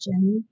Jenny